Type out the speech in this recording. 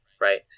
Right